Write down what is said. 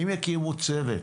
אם יקימו צוות